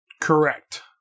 Correct